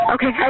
Okay